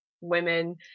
women